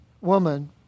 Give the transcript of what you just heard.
woman